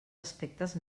aspectes